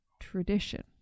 tradition